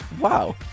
Wow